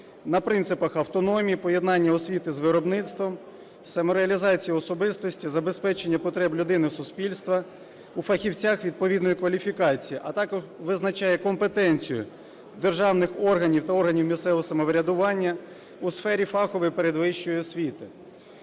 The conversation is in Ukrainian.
на принципах автономії, поєднання освіти з виробництвом, самореалізацією особистості, забезпечення потреб людини і суспільства у фахівцях відповідної кваліфікації, а також визначає компетенцію державних органів та органів місцевого самоврядування у сфері фахової передвищої освіти.